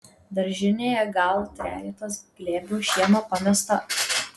daržinėje gal trejetas glėbių šieno pamesta